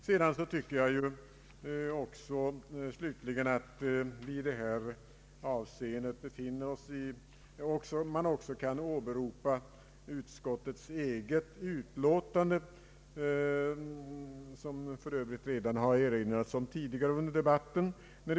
Slutligen tycker jag att man i detta avseende också kan åberopa utskottets eget utlåtande, som för övrigt redan har erinrats om tidigare under debatten.